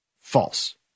False